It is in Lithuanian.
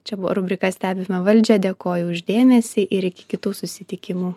čia buvo rubrika stebime valdžią dėkoju už dėmesį ir iki kitų susitikimų